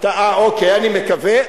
אוקיי, אני מקווה.